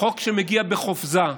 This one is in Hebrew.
חוק שמגיע בחופזה,